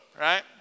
right